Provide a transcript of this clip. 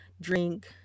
drink